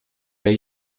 bij